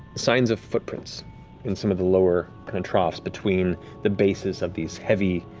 signs of footprints in some of the lower and and troughs between the bases of these heavy,